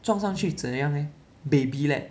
撞上去怎样 leh baby leh